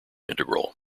integral